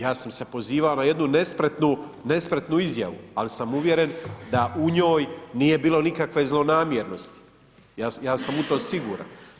Ja sam se pozivao na jednu nespretnu izjavu ali sam uvjeren da u njoj nije bilo nikakve zlonamjernosti, ja sam u to siguran.